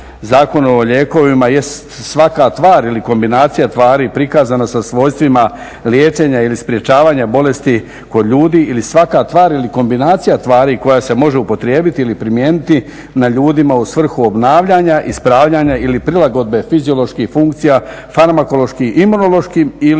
Zakonu o lijekovima jest svaka tvar ili kombinacija tvari prikazana sa svojstvima liječenja ili sprečavanja bolesti kod ljudi ili svaka tvar ili kombinacija tvari koja se može upotrijebiti ili primijeniti na ljudima u svrhu obnavljanja, ispravljanja ili prilagodbe fizioloških funkcija farmakološkim, imunološkim ili